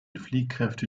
fliehkräfte